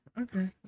okay